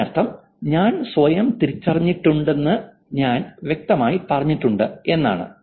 അതിനർത്ഥം ഞാൻ സ്വയം തിരിച്ചറിഞ്ഞിട്ടുണ്ടെന്ന് ഞാൻ വ്യക്തമായി പറഞ്ഞിട്ടുണ്ട് എന്നാണ്